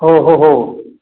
हो हो हो